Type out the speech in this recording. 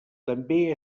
també